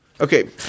Okay